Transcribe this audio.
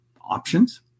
options